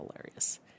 hilarious